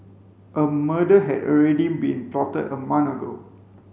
a murder had already been plotted a month ago